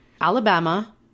Alabama